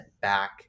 back